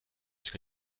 ska